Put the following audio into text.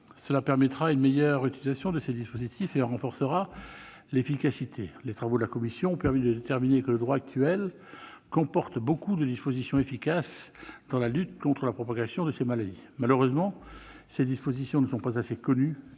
qui permettra une meilleure utilisation de ces dispositifs et en renforcera l'efficacité. Les travaux de la commission ont permis de déterminer que le droit actuel comporte de nombreuses dispositions efficaces dans la lutte contre la propagation de ces maladies. Malheureusement, ces dispositions ne sont actuellement